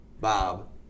Bob